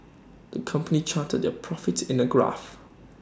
the company charted their profits in A graph